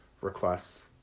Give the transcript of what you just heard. requests